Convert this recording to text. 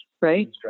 right